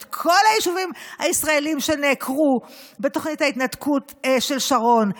את כל היישובים הישראליים שנעקרו בתוכנית ההתנתקות של שרון.